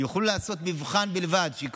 יוכלו לעשות מבחן בלבד של עמית רופא,